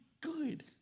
good